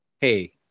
hey